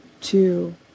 Two